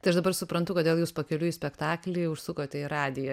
tai aš dabar suprantu kodėl jūs pakeliui į spektaklį užsukote į radiją